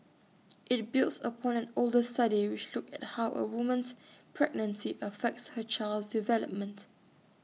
IT builds upon an older study which looked at how A woman's pregnancy affects her child's development